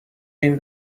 این